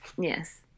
Yes